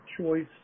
choice